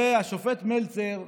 והשופט מלצר,